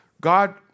God